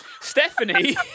Stephanie